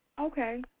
Okay